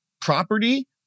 property